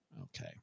Okay